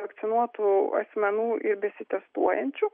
vakcinuotų asmenų ir besitestuojančių